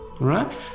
right